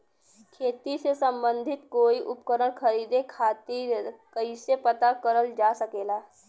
खेती से सम्बन्धित कोई उपकरण खरीदे खातीर कइसे पता करल जा सकेला?